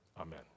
Amen